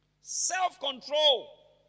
Self-control